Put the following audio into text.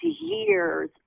years